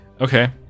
Okay